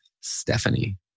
Stephanie